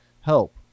help